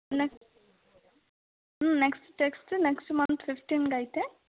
next ಹ್ಞೂ next test next month ಫಿಫ್ಟೀನ್ಗೈತೆ